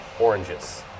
Oranges